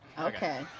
okay